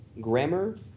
grammar